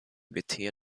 beter